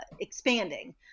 expanding